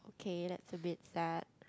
okay that's a bit sad